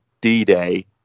D-Day